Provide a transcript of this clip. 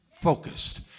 focused